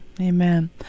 Amen